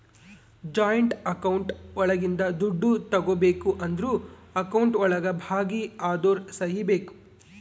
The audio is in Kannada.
ಜಾಯಿಂಟ್ ಅಕೌಂಟ್ ಒಳಗಿಂದ ದುಡ್ಡು ತಗೋಬೇಕು ಅಂದ್ರು ಅಕೌಂಟ್ ಒಳಗ ಭಾಗಿ ಅದೋರ್ ಸಹಿ ಬೇಕು